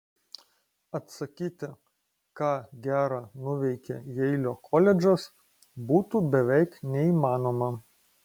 atsakyti ką gera nuveikė jeilio koledžas būtų beveik neįmanoma